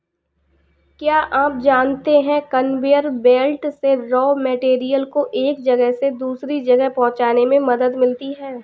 क्या आप जानते है कन्वेयर बेल्ट से रॉ मैटेरियल्स को एक से दूसरे जगह पहुंचने में मदद मिलती है?